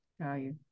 Value